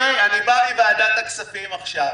אני בא מוועדת הכספים עכשיו,